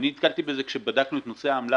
אני נתקלתי בזה כשבדקנו את נושא העמלה